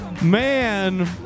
Man